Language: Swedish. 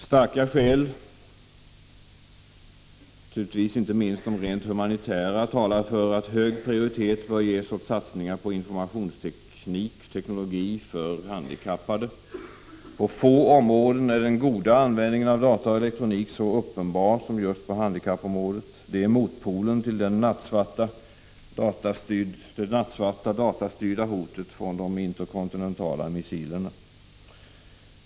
Starka skäl — naturligtvis inte minst de rent humanitära — talar för att hög prioritet bör ges åt satsningar på informationsteknologin för handikappade. På få områden är den goda användningen av data och elektronik så uppenbar som just på handikappområdet. Det är motpolen till det nattsvarta datastyrda hotet från de interkontinentala missilerna.